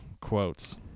quotes